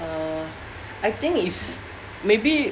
err I think is maybe